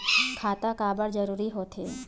खाता काबर जरूरी हो थे?